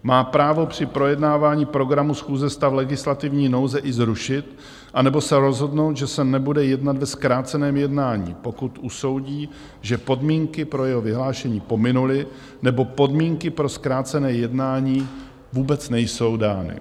Má právo při projednávání programu schůze stav legislativní nouze i zrušit nebo se rozhodnout, že se nebude jednat ve zkráceném jednání, pokud usoudí, že podmínky pro jeho vyhlášení pominuly nebo podmínky pro zkrácené jednání vůbec nejsou dány.